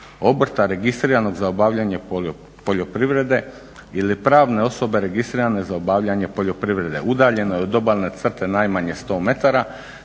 obrta registriranog za obavljanje poljoprivrede ili pravne osobe registrirane za obavljanje poljoprivrede, udaljene od obalne crte najmanje 100 metara